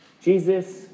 Jesus